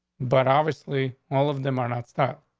but obviously all of them are not stopped,